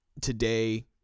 Today